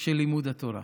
של לימוד התורה.